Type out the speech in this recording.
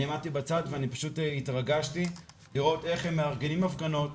אני עמדתי בצד ואני פשוט התרגשתי לראות איך הם מארגנים הפגנות.